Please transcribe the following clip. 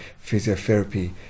physiotherapy